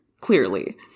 clearly